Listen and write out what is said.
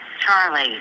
Charlie